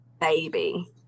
baby